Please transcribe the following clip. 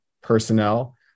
personnel